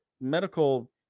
medical